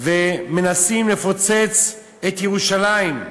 ומנסים לפוצץ את ירושלים.